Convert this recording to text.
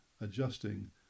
adjusting